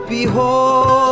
Behold